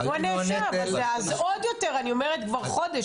כבר חודש,